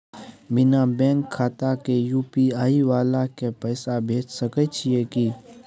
बिना बैंक खाता के यु.पी.आई वाला के पैसा भेज सकै छिए की?